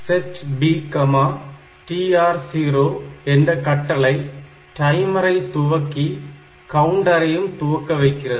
Set B TR0 என்ற கட்டளை டைமரை துவங்கி கவுண்டரையும் துவங்க வைக்கிறது